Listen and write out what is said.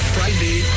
Friday